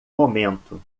momento